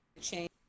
change